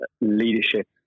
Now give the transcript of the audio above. leadership